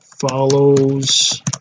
follows